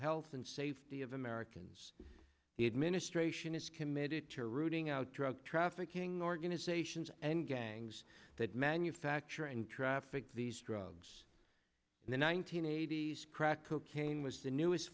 health and safety of americans the administration is committed to rooting out drug trafficking organizations and gangs that manufacture and traffic these drugs in the one nine hundred eighty s crack cocaine was the newest